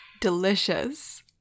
Delicious